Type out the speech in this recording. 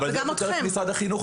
אבל זה לא פוטר את משרד החינוך.